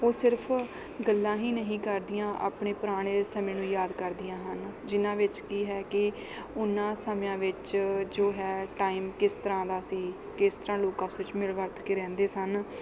ਉਹ ਸਿਰਫ਼ ਗੱਲਾਂ ਹੀ ਨਹੀਂ ਕਰਦੀਆਂ ਆਪਣੇ ਪੁਰਾਣੇ ਸਮੇਂ ਨੂੰ ਯਾਦ ਕਰਦੀਆਂ ਹਨ ਜਿਨ੍ਹਾਂ ਵਿੱਚ ਕੀ ਹੈ ਕਿ ਉਹਨਾਂ ਸਮਿਆਂ ਵਿੱਚ ਜੋ ਹੈ ਟਾਈਮ ਕਿਸ ਤਰ੍ਹਾਂ ਦਾ ਸੀ ਕਿਸ ਤਰ੍ਹਾਂ ਲੋਕ ਆਪਸ ਵਿੱਚ ਮਿਲ ਵਰਤ ਕੇ ਰਹਿੰਦੇ ਸਨ